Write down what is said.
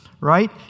Right